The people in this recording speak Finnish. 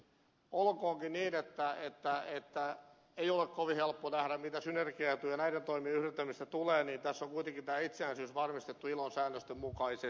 onko niitä vaatteita että ei ole kovin helppo nähdä niitä synergiaetuja mitä näiden toimien yhdistämisestä tulee tässä on kuitenkin tämä itsenäisyys varmistettu ilon säännösten mukaisesti